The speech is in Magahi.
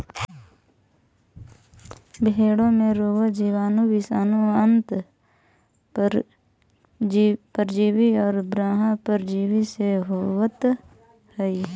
भेंड़ों में रोग जीवाणु, विषाणु, अन्तः परजीवी और बाह्य परजीवी से होवत हई